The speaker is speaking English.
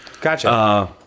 Gotcha